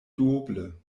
duoble